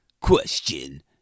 Question